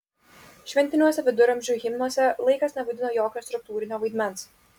šventiniuose viduramžių himnuose laikas nevaidino jokio struktūrinio vaidmens